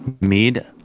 Mead